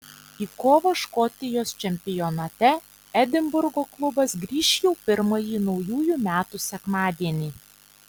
į kovą škotijos čempionate edinburgo klubas grįš jau pirmąjį naujųjų metų sekmadienį